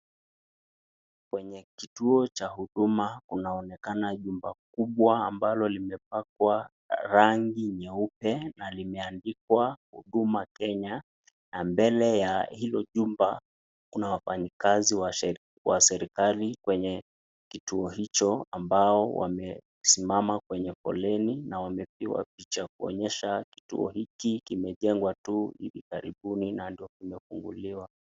Kwenye kituo cha huduma kunaonekana jumba kubwa ambalo limepakwa rangi nyeupe na limeandikwa Huduma Kenya, na mbele ya hilo jumba kuna wafanyikazi wa serikali wenye kituo hicho ambao wamesimama kwenye foleni, na wamepigwa picha kuonyesha kituo hiki kimejengwa hivi karibuni na ndio kimefunguliwa.